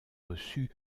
reçu